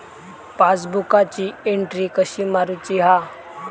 पासबुकाची एन्ट्री कशी मारुची हा?